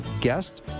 guest